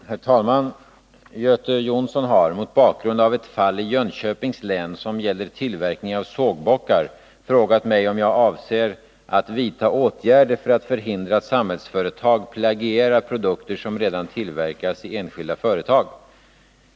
Herr talman! Göte Jonsson har, mot bakgrund av ett fall i Jönköpings län som gäller tillverkning av sågbockar, frågat mig om jag avser att vidta åtgärder för att förhindra att Samhällsföretag plagierar produkter som redan tillverkas i enskilda företag.